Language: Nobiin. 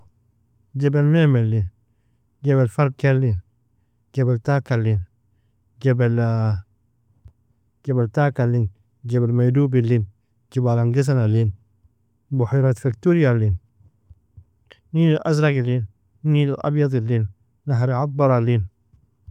Jebel mamelin, jebel farkelin, jebel takalin, jebel jebel takalin, jebel medoabilin, jubal angesanalin, bohairat fiktorialin, nil alazragilin, nil alabyadilin, nahr atbarlin.